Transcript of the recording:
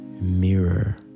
mirror